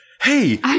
hey